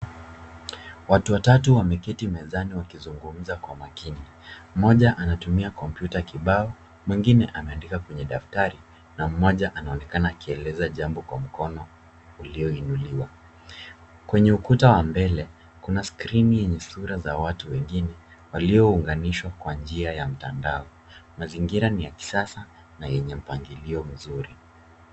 Watu watatu wameketi mezani wakizungumza kwa makini. Mmoja anatumia komputa kibao, mwingine anaandika kwenye daftari na mmoja anaonekana akieleza jambo kwa mkono ulio inuliwa. Kwenye ukuta wa mbele kuna skrini yenye sura za watu wengine waliounganishwa kwa njia ya mtandao. Mazingira ni ya kisasa na yenye mpangilio mzuri.